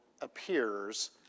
appears